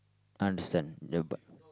I understand the but